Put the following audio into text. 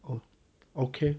oh okay